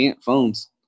Phones